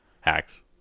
Hacks